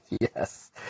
Yes